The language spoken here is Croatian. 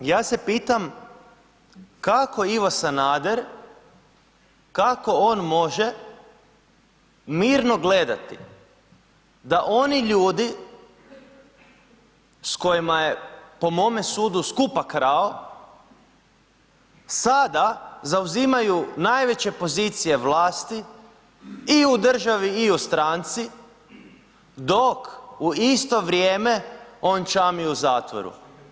I ja se pitam, kako Ivo Sanader, kako on može mirno gledati da oni ljudi s kojima je po mome sudu skupa krao, sada zauzimaju najveće pozicije vlasti i u državi i u stranci, dok u isto vrijeme on čami u zatvoru?